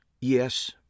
Yes